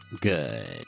Good